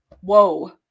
whoa